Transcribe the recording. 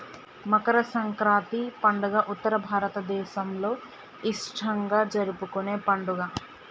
మకర సంక్రాతి పండుగ ఉత్తర భారతదేసంలో ఇష్టంగా జరుపుకునే పండుగ